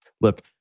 Look